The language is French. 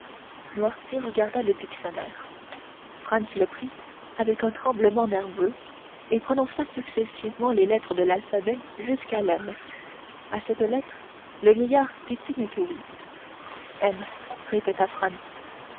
noirtier regarda le dictionnaire franz le prit avec un tremblement nerveux et prononça successivement les lettres de l'alphabet jusqu'à l'm à cette lettre le vieillard fit signe que oui m répéta